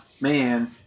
Man